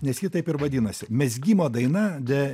nes ji taip ir vadinasi mezgimo daina de